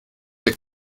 der